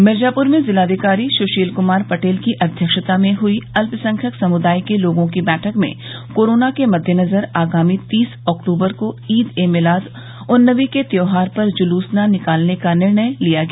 मिर्जाप्र में जिलाधिकारी सुशील कुमार पटेल की अध्यक्षता में हई अल्पसख्यक समुदाय के लोगों की बैठक में कोरोना के मददेनजर आगामी तीस अक्टूबर को ईद ए मिलाद उन्नवी के त्योहार पर जुलूस न निकालने का निर्णय लिया गया